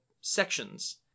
sections